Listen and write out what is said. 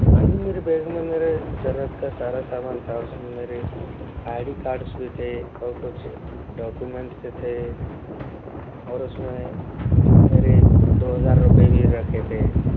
हाँ जी मेरे बैग में मेरे जरूरत का सारा सामान था उसमें मेरे आई डी कार्ड्स भी थे और कुछ डॉक्यूमेंट्स थे और उसमें मेरे दो हजार रुपए भी रखे थे